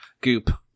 goop